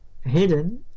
hidden